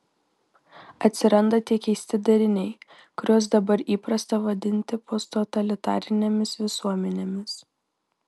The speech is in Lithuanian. atsiranda tie keisti dariniai kuriuos dabar įprasta vadinti posttotalitarinėmis visuomenėmis